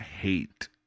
hate